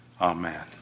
amen